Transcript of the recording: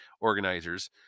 organizers